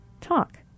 talk